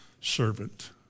servant